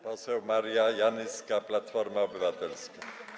Poseł Maria Janyska, Platforma Obywatelska.